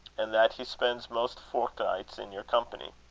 and that he spends most forenichts in your company.